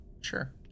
sure